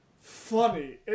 funny